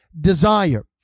desire